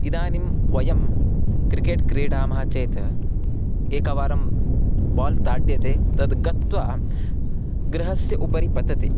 इदानीं वयं क्रिकेट् क्रीडामः चेत् एकवारं बाल् ताड्यते तद् गत्वा गृहस्य उपरि पतति